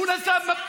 חבר הכנסת,